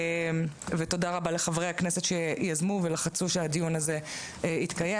תודה רבה לחברי הכנסת שיזמו ולחצו שהדיון הזה יתקיים.